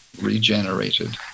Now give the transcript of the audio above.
regenerated